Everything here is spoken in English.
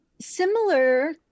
similar